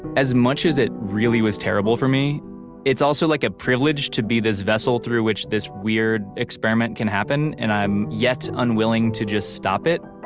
as much as it really was terrible for me it's also like a privilege to be this vessel through which this weird experiment can happen and i'm yet unwilling to just stop it.